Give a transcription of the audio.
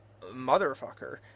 motherfucker